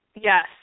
Yes